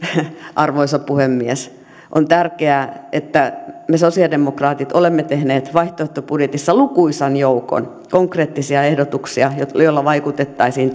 arvoisa puhemies on tärkeää että me sosialidemokraatit olemme tehneet vaihtoehtobudjetissa lukuisan joukon konkreettisia ehdotuksia joilla joilla vaikutettaisiin